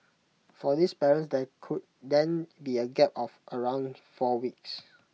for these parents there could then be A gap of around four weeks